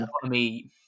economy